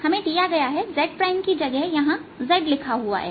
हमें दिया गया हैz प्राइम की जगह है यहां z लिखा हुआ है